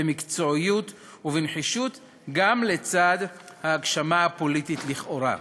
במקצועיות ובנחישות גם לצד ההגשמה הפוליטית לכאורה.